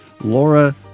Laura